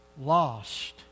lost